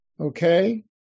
Okay